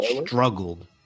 struggled